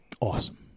Awesome